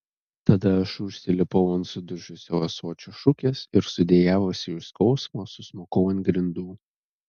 tada aš užsilipau ant sudužusio ąsočio šukės ir sudejavusi iš skausmo susmukau ant grindų